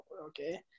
okay